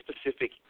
specific